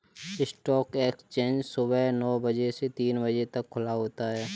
stock exchange सुबह नो बजे से तीन बजे तक खुला होता है